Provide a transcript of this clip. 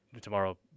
tomorrow